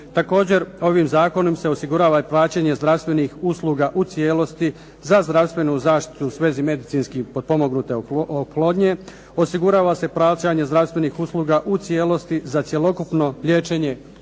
Također, ovim zakonom se osigurava i plaćanje zdravstvenih usluga u cijelosti za zdravstvenu zaštitu u svezi medicinski potpomognute oplodnje, osigurava se plaćanje zdravstvenih usluga u cijelosti za cjelokupno liječenje kroničkih